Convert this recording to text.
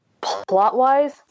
plot-wise